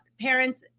parents